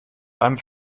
einem